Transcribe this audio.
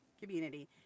community